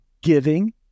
giving